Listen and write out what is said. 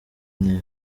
ntera